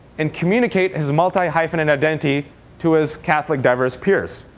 and communicate his multi-hyphenate identity to his catholic diverse peers.